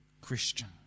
Christian